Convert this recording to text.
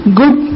good